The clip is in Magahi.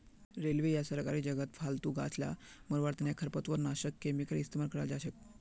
रेलवे या सरकारी जगहत फालतू गाछ ला मरवार तने खरपतवारनाशक केमिकल इस्तेमाल कराल जाछेक